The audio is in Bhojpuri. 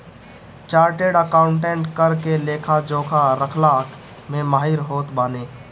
चार्टेड अकाउंटेंट कर के लेखा जोखा रखला में माहिर होत बाने